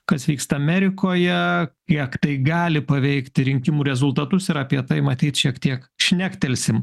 kas vyksta amerikoje kiek tai gali paveikti rinkimų rezultatus ir apie tai matyt šiek tiek šnektelsim